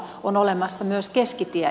on olemassa myös keskitie